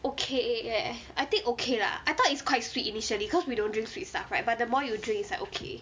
okay leh I think okay lah I thought it's quite sweet initially cause we don't drink free stuff right but the more you drink is like okay